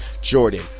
Jordan